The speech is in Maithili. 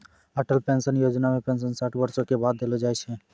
अटल पेंशन योजना मे पेंशन साठ बरसो के बाद देलो जाय छै